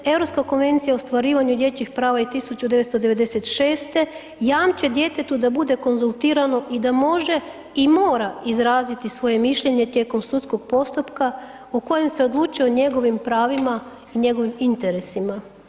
Europska konvencija o ostvarivanju dječjih prava iz 1996. jamče djetetu da bude konzultirano i da može i mora izraziti svoje mišljenje tijekom sudskog postupka u kojem se odlučuje u njegovim pravima i njegovim interesima.